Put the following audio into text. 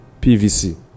PVC